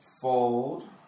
Fold